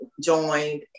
joined